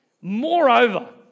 Moreover